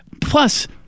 plus